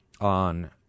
on